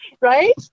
Right